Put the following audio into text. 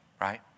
right